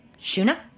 Shuna